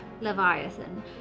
Leviathan